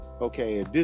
Okay